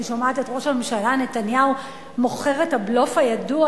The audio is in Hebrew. אני שומעת את ראש הממשלה נתניהו מוכר את הבלוף הידוע: